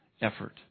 effort